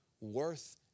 worth